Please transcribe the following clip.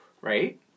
Right